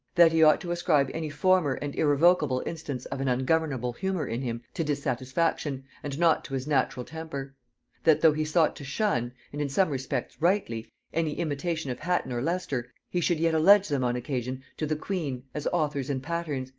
that he ought to ascribe any former and irrevocable instance of an ungovernable humor in him to dissatisfaction, and not to his natural temper that though he sought to shun, and in some respects rightly, any imitation of hatton or leicester, he should yet allege them on occasion to the queen as authors and patterns,